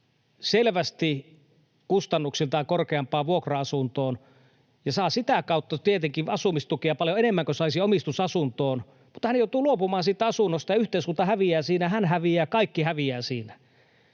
menemään selvästi kustannuksiltaan korkeampaan vuokra-asuntoon, ja hän saa sitä kautta tietenkin asumistukia paljon enemmän kuin saisi omistusasuntoon, mutta hän joutuu luopumaan siitä asunnosta. Yhteiskunta häviää siinä, hän häviää, kaikki häviävät siinä.